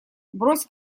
брось